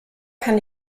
kann